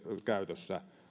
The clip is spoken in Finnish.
käytössä